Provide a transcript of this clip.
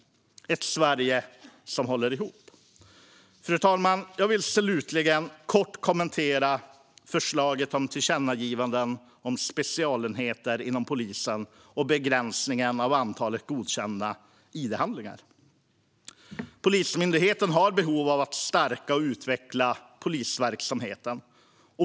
Det ger ett Sverige som håller ihop. Fru talman! Slutligen vill jag kort kommentera förslagen om tillkännagivanden om specialenheter inom polisen och att begränsa antalet godkända id-handlingar. Polismyndigheten har behov av att stärka och utveckla polisverksamheten.